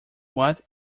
what